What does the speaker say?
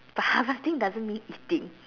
but harvesting doesn't mean eating